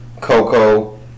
Coco